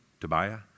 Tobiah